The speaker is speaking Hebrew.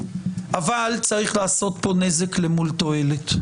אבל צריך לעשות פה נזק למול תועלת.